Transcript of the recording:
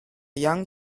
young